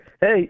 Hey